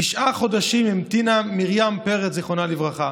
תשעה חודשים המתינה מרים פרץ זיכרונה לברכה